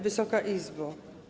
Wysoka Izbo!